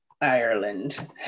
Ireland